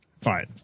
fine